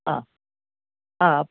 അഹ് അഹ്